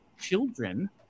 children